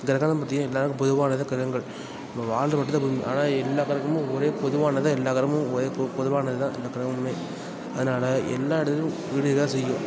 கிரகங்கள்னு பார்த்திங்கன்னா எல்லோருக்கும் பொதுவானது தான் கிரகங்கள் நம்ம வாழ்கிறது மட்டுந்தான் பூமி ஆனால் எல்லா கிரகமும் ஒரே பொதுவானது தான் எல்லா கிரகமும் ஒரே பொ பொதுவானது தான் எல்லா கிரகமுமே அதனால் எல்லா இடத்துலியும் உயிரினம் இருக்கற தான் செய்யும்